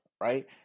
right